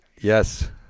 Yes